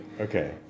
Okay